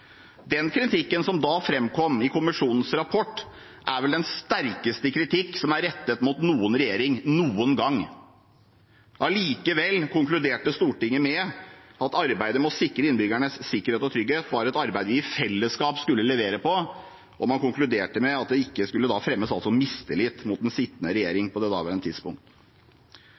den sterkeste kritikken som er rettet mot noen regjering noen gang. Allikevel konkluderte Stortinget med at arbeidet med å sikre innbyggernes sikkerhet og trygghet var et arbeid vi i fellesskap skulle levere på, og man konkluderte med at det ikke skulle fremmes mistillit mot den sittende regjering på daværende tidspunkt.